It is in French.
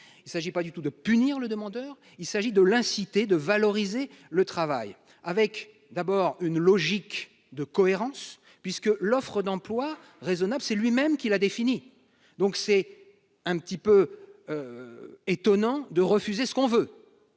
il s'agit pas du tout de punir le demandeur, il s'agit de l'inciter, de valoriser le travail avec d'abord une logique de cohérence puisque l'offre d'emploi raisonnable, c'est lui-même qui l'a défini, donc c'est un petit peu étonnant de refuser ce qu'on veut,